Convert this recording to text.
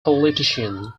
politician